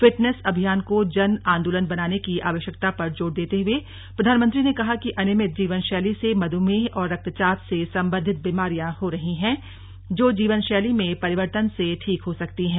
fitness अभियान को जन आंदोलन बनाने की आवश्यकता पर जोर देते हुए प्रधानमंत्री ने कहा कि अनियमित जीवनशैली से मध्यमेह और रक्तचाप से संबंधित बीमारियां हो रही हैं जो जीवनशैली में परिवर्तन से ठीक हो सकती हैं